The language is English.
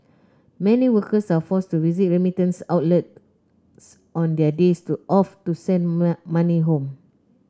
many workers are forced to visit remittance outlets on their days off to send money home